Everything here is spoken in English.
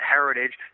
Heritage